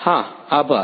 હા આભાર